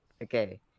Okay